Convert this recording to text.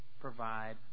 provide